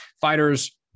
Fighters